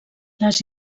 les